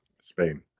Spain